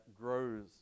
grows